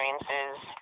experiences